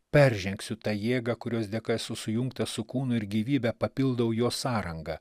peržengsiu tą jėgą kurios dėka esu sujungtas su kūnu ir gyvybe papildau jo sąranga